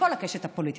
מכל הקשת הפוליטית.